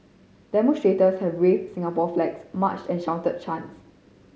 demonstrators had waved Singapore flags marched and shouted chants